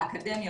האקדמיה,